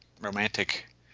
romantic